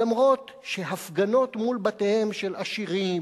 למרות שהפגנות מול בתיהם של עשירים,